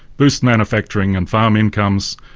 boost manufacturing and farm incomes,